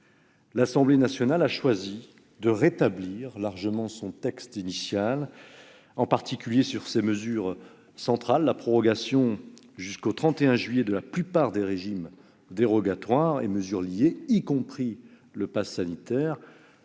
L'Assemblée nationale a choisi de rétablir largement son texte initial, en particulier sur ses mesures centrales : la prorogation jusqu'au 31 juillet de la plupart des régimes dérogatoires et mesures afférentes, y compris le passe sanitaire,